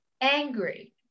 angry